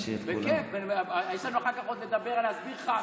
כי יתבעו אותם בכל המדינות בעולם,